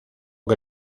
que